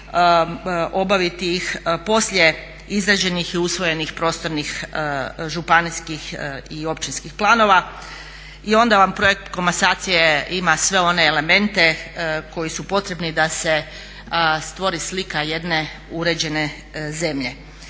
obaviti ih poslije izrađenih i usvojenih prostornih županijskih i općinskih planova. I onda vam projekt komasacije ima sve one elemente koji su potrebni da se stvori slika jedne uređene zemlje.